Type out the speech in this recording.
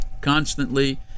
constantly